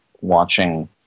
watching